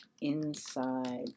Inside